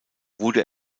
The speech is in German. wurde